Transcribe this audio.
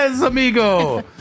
amigo